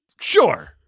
Sure